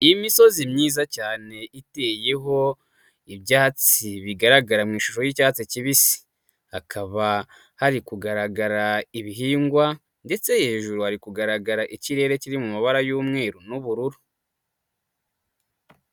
Imisozi myiza cyane iteyeho ibyatsi bigaragara mu ishusho y'icyatsi kibisi, hakaba hari kugaragara ibihingwa ndetse hejuru hari kugaragara ikirere kiri mu mabara y'umweru n'ubururu.